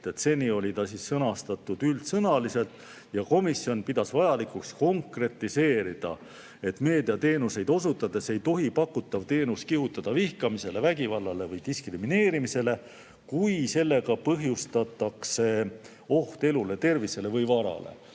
Seni oli see sõnastatud üldsõnaliselt. Ja komisjon pidas vajalikuks konkretiseerida, et meediateenuseid osutades ei tohi pakutav teenus kihutada vihkamisele, vägivallale või diskrimineerimisele, kui sellega põhjustatakse oht elule, tervisele või varale.